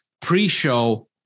pre-show